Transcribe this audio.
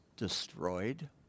destroyed